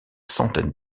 centaines